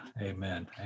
Amen